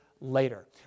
later